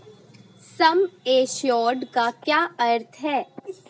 सम assured का क्या अर्थ है?